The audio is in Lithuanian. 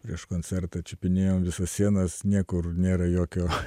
prieš koncertą čiupinėjau visas sienas niekur nėra jokio